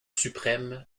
suprême